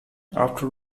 after